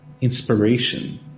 inspiration